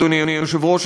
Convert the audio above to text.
אדוני היושב-ראש,